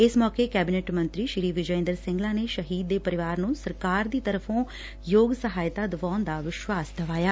ਇਸ ਮੌਕੇ ਕੈਬਨਿਟ ਮੰਤਰੀ ਸ੍ਰੀ ਵਿਜੈ ਇੰਦਰ ਸਿੰਗਲਾ ਨੇ ਸ਼ਹੀਦ ਦੇ ਪਰਿਵਾਰ ਨੂੰ ਸਰਕਾਰ ਦੀ ਤਰਫੋਂ ਯੋਗ ਸਹਾਇਤਾ ਦਿਵਾਉਣ ਦਾ ਵਿਸ਼ਵਾਸ ਦਿਵਾਇਆ